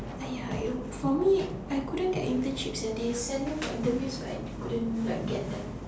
!aiya! for me I couldn't get internships eh they send me for interviews but I couldn't like get them